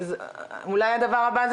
אולי הדבר הבא,